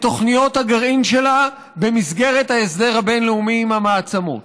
תוכניות הגרעין שלה במסגרת ההסדר הבין-לאומי עם המעצמות.